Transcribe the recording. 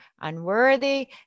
unworthy